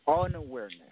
unawareness